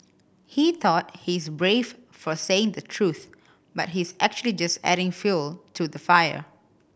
he thought he's brave for saying the truth but he's actually just adding fuel to the fire